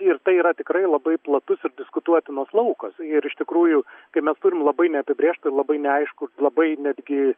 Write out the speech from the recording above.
ir tai yra tikrai labai platus ir diskutuotinas laukas ir iš tikrųjų kai mes turim labai neapibrėžtą ir labai neaiškų labai netgi